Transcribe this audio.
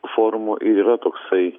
forumo ir yra toksai